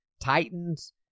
Titans